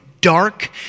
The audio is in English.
dark